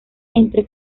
entre